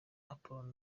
apollo